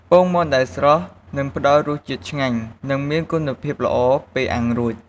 ពងមាន់ដែលស្រស់នឹងផ្តល់រសជាតិឆ្ងាញ់ និងមានគុណភាពល្អពេលអាំងរួច។